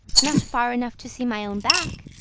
not far enough to see my own back.